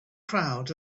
crowd